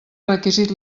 requisit